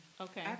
Okay